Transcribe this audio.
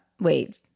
wait